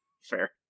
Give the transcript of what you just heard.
fair